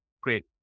Great